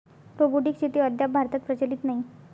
robotic शेती अद्याप भारतात प्रचलित नाही